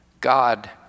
God